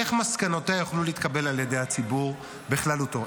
איך מסקנותיה יוכלו להתקבל על ידי הציבור בכללותו?